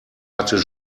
hatte